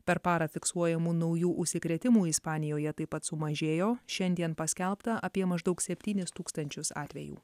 per parą fiksuojamų naujų užsikrėtimų ispanijoje taip pat sumažėjo šiandien paskelbta apie maždaug septynis tūkstančius atvejų